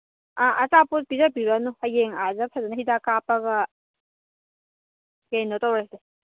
ꯑ ꯑꯆꯥꯄꯣꯠ ꯄꯤꯖꯕꯤꯔꯅꯨ ꯍꯌꯦꯡ ꯑꯥꯗ ꯐꯖꯅ ꯍꯤꯗꯥꯛ ꯀꯥꯞꯄꯒ ꯀꯩꯅꯣ ꯇꯧꯔꯁꯦ